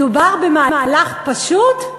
מדובר במהלך פשוט?